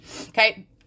okay